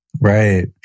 right